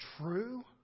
true